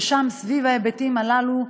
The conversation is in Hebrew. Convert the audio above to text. ושם, סביב ההיבטים הללו,